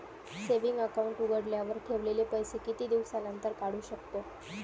Saving account उघडल्यावर ठेवलेले पैसे किती दिवसानंतर काढू शकतो?